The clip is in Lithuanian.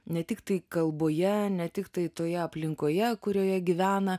ne tiktai kalboje ne tiktai toje aplinkoje kurioje gyvena